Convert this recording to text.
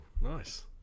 nice